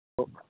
हो